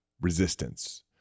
resistance